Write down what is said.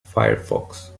firefox